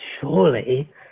surely